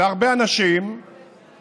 להרבה אנשים